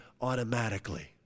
automatically